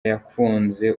yakunze